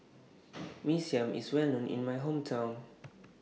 Mee Siam IS Well known in My Hometown